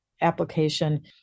application